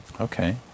Okay